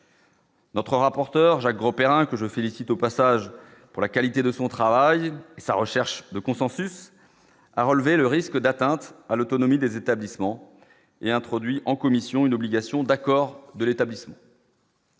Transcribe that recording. Notre rapporteur Jacques Grosperrin que je félicite au passage pour la qualité de son travail et sa recherche de consensus, a relevé le risque d'atteinte à l'autonomie des établissements et introduit en commission une obligation d'accord de l'établissement.